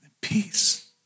Peace